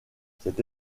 cette